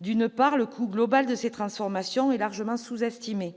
D'une part, le coût global de ces transformations est largement sous-estimé.